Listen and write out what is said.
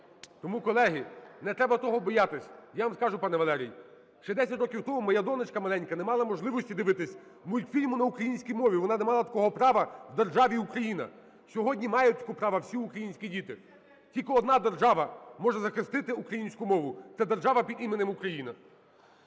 Тому, колеги, не треба того боятися. Я вам скажу, пане Валерій. Ще 10 років тому моя донечка маленька не мала можливості дивитись мультфільми на українській мові, вона не мала такого права в державі Україна. Сьогодні мають таке право всі українські діти. Тільки одна держава може захистити українську мову – це держава під іменем Україна.